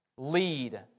Lead